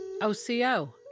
OCO